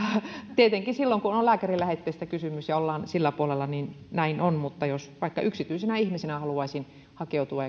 tietenkin silloin kun on lääkärin lähetteestä kysymys ja ollaan sillä puolella näin on mutta jos vaikka yksityisenä ihmisenä haluaisin hakeutua